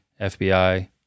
FBI